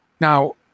Now